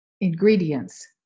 ingredients